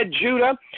Judah